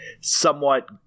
somewhat